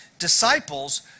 disciples